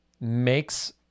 makes